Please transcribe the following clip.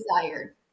desired